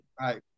Right